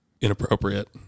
inappropriate